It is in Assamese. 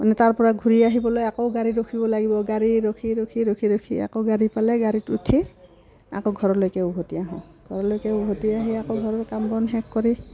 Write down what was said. মানে তাৰপৰা ঘূৰি আহিবলৈ আকৌ গাড়ী ৰখিব লাগিব গাড়ী ৰখি ৰখি ৰখি ৰখি আকৌ গাড়ী পালে গাড়ীত উঠি আকৌ ঘৰলৈকে উভতি আহোঁ ঘৰলৈকে উভতি আহি আকৌ ঘৰৰ কাম বন শেষ কৰি